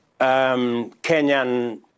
Kenyan